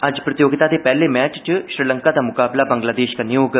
अज्ज प्रतियोगिता दे पैह्ले मैच च श्रीलंका दा मुकाबला बंग्लादेश कन्नै होग